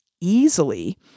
easily